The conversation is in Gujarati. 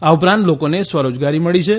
આ ઉપરાંત લોકોને સ્વરોજગારી મળી છે